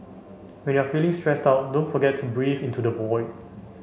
when you are feeling stressed out don't forget to breathe into the void